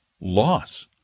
loss